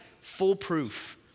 foolproof